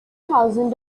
thousand